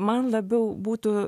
man labiau būtų